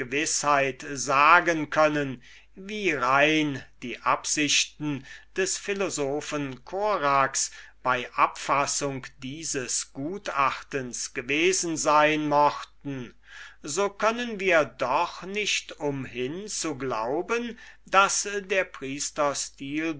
gewißheit sagen können wie rein die absichten des philosophen korax bei abfassung dieses gutachtens gewesen sein mochten so können wir doch nicht umhin zu glauben daß der